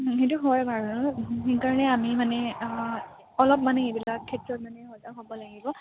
সেইটো হয় বাৰু সেইকাৰণে আমি মানে অলপ মানে এইবিলাক ক্ষেত্ৰত মানে সজাগ হ'ব লাগিব